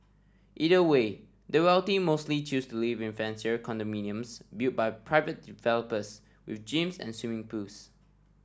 either way the wealthy mostly choose to live in fancier condominiums built by private developers with gyms and swimming pools